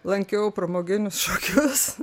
lankiau pramoginius šokius